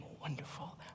wonderful